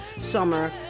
summer